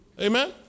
Amen